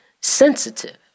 sensitive